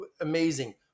amazing